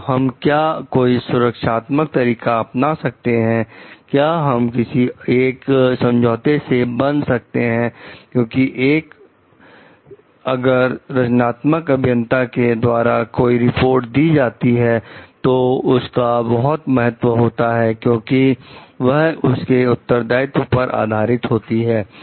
और हम क्या कोई सुरक्षात्मक तरीका अपना सकते हैं क्या हम किसी एक समझौते में बन सकते हैं क्योंकि 1 अगस्त रचनात्मक अभियंता के द्वारा कोई रिपोर्ट दी जाती है तो उसका बहुत महत्व होता है क्योंकि वह उसके उत्तरदायित्व पर आधारित होती है